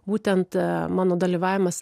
būtent mano dalyvavimas